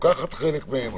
לוקחת חלק מהם,